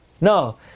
No